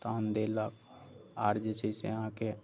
तहन देलक आर जे छै से अहाँकेँ